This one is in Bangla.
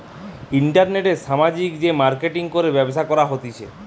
ইন্টারনেটে সামাজিক যে মার্কেটিঙ করে ব্যবসা করা হতিছে